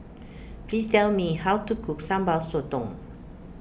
please tell me how to cook Sambal Sotong